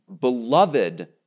beloved